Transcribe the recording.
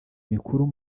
mikuru